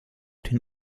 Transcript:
den